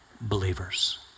believers